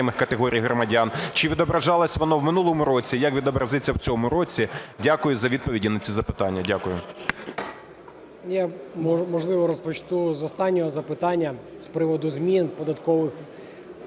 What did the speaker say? Я, можливо, розпочну з останнього запитання, з приводу змін податкових.